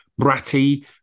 bratty